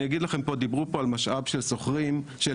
דיברו פה על משאב של רופאים,